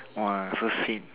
!wah! so sweet